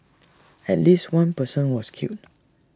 at least one person was killed